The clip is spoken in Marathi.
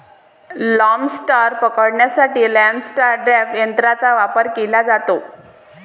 लॉबस्टर पकडण्यासाठी लॉबस्टर ट्रॅप तंत्राचा वापर केला जातो